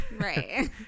right